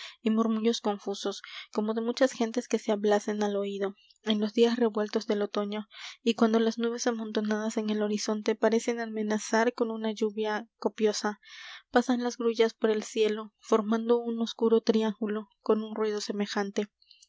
y murmullos confusos como de muchas gentes que se hablasen al oído en los días revueltos del otoño y cuando las nubes amontonadas en el horizonte parecen amenazar con una lluvia copiosa pasan las grullas por el cielo formando un oscuro triángulo con un ruido semejante